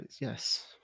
Yes